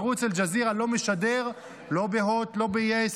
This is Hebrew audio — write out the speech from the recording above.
ערוץ אל-ג'זירה לא משדר לא בהוט, לא ביס,